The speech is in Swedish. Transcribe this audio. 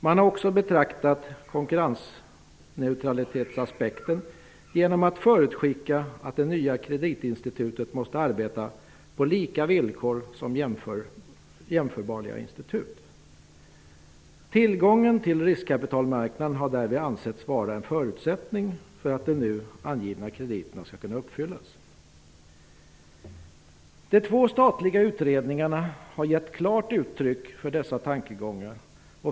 Man har också beaktat konkurrensneutralitetsaspekten genom att förutskicka att det nya kreditinstitutet måste arbeta på lika villkor som jämförbara institut. Tillgången till riskkapitalmarknaden har därvid ansetts vara en förutsättning för att de nu angivna kriterierna skall kunna uppfyllas. De två statliga utredningarna har gett klart uttryck för dessa tankegångar.